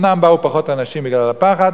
אומנם באו פחות אנשים בגלל הפחד,